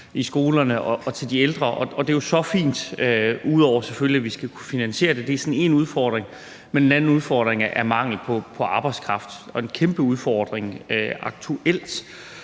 i skolerne og til de ældre, og det er jo så fint, ud over selvfølgelig at vi skal kunne finansiere det. Det er sådan én udfordring. En anden udfordring er mangel på arbejdskraft, og det er en kæmpe udfordring aktuelt.